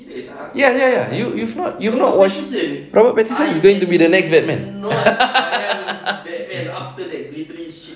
ya ya ya you've you've not watch robert pattison is going to be the next batman